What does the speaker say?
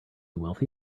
wealthy